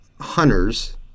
hunters